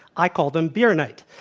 i call them beer night.